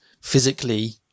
physically